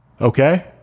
Okay